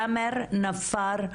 תאמר נפאר,